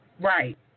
Right